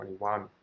2021